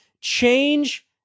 change